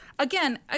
Again